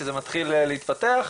שזה מתחיל להתפתח.